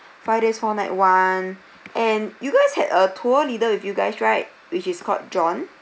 five days four nights [one] and you guys had a tour leader with you guys right which is called john